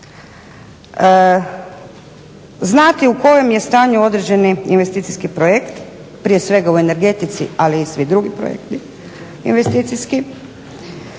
znati u kojem je stanju određeni investicijski projekt, prije svega u energetici, ali i svi drugi projekti investicijski,